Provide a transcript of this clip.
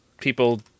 people